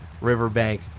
riverbank